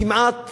כמעט